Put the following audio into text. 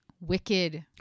wicked